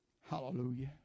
Hallelujah